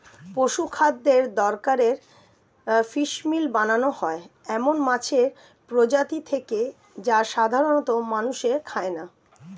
পশুখাদ্যের দরকারে ফিসমিল বানানো হয় এমন মাছের প্রজাতি থেকে যা সাধারনত মানুষে খায় না